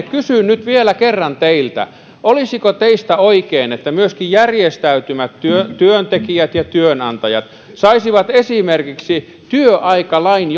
kysyn nyt vielä kerran teiltä olisiko teistä oikein että myöskin järjestäytymättömät työntekijät ja työnantajat saisivat esimerkiksi työaikalain